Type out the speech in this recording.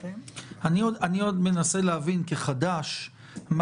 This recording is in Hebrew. היה אפשר לכתוב שאנחנו מדברים על תקווה חדשה,